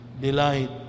delight